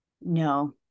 no